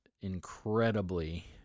incredibly